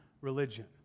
religion